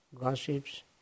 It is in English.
gossips